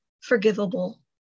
forgivable